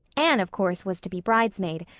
anne, of course, was to be bridesmaid,